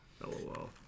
LOL